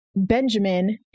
Benjamin